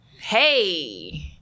hey